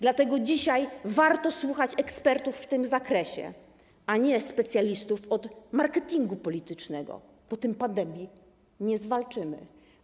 Dlatego dzisiaj warto słuchać ekspertów w tym zakresie, a nie specjalistów od marketingu politycznego, bo tym pandemii nie zwalczymy.